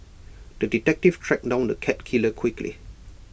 the detective tracked down the cat killer quickly